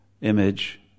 image